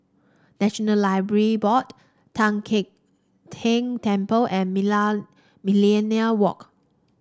National Library Board Tian Teck Keng Temple and Millenia Walk